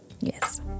yes